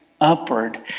upward